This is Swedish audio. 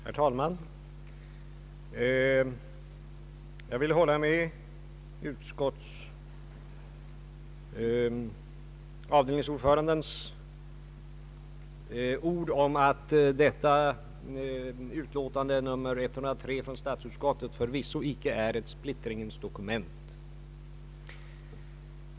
Herr talman! Jag vill instämma i utskottsavdelningsordförandens ord om att statsutskottets utlåtande nr 103 förvisso icke är ett splittringens dokument.